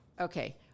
Okay